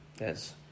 Yes